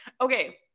okay